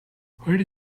where